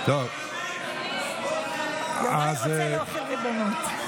אדוני רוצה להחיל ריבונות,